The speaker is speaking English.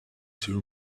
two